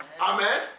Amen